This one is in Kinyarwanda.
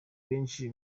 benshi